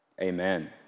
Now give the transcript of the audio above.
Amen